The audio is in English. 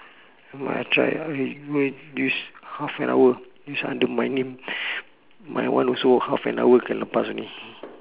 wait I try ah wait wait use half an hour use under my name my one also half an hour cannot pass only